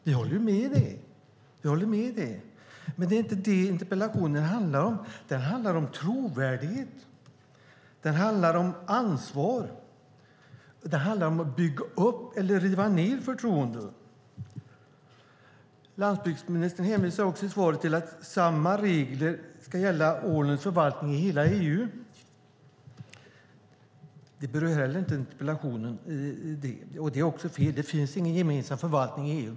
Det håller vi med om, men det är inte det interpellationen handlar om. Den handlar om trovärdighet. Den handlar om ansvar, om att bygga upp eller riva ned förtroende. Landsbygdsministern hänvisar i svaret också till att samma regler ska gälla ålens förvaltning i hela EU. Detta berör inte heller interpellationen, men det är också fel. Det finns ingen gemensam förvaltning i EU.